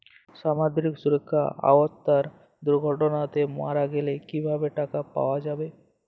সামাজিক সুরক্ষার আওতায় দুর্ঘটনাতে মারা গেলে কিভাবে টাকা পাওয়া যাবে?